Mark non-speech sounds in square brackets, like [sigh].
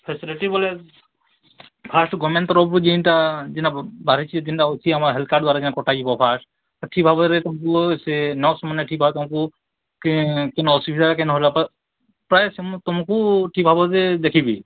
facility ବୋଲେ first government ତରଫରୁ [unintelligible] କଟାଯିବ first [unintelligible] ପ୍ରାୟ ତମକୁ ଠିକ୍ ଭାବରେ ଦେଖିବି